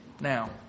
Now